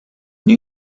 new